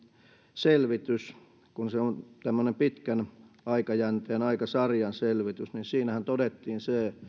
selvitys kun se on tämmöinen pitkän aikajänteen ja aikasarjan selvitys niin siinähän todettiin